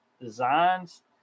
designs